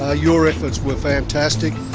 ah your efforts were fantastic,